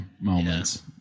moments